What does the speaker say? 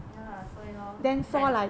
ya lah 所以 lor it's like